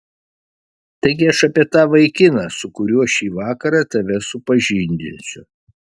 taigi aš apie tą vaikiną su kuriuo šį vakarą tave supažindinsiu